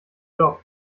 job